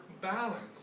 balance